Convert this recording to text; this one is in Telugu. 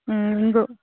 ఇంగువ